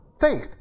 faith